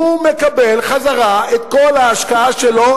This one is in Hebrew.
הוא מקבל חזרה את כל ההשקעה שלו,